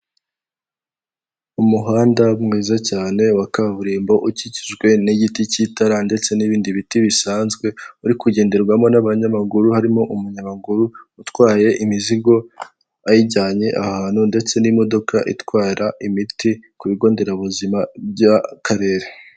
Umuhanda mwiza cyane wa kaburimbo ukikijwe n'igiti cy'itara ndetse n'ibindi biti bisanzwe ,uri kugenderwamo n'abanyamaguru harimo umunyamaguru, utwaye imizigo ayijyanye ahantu ndetse n'imodoka itwara imiti ku bigo nderabuzima by'akarere.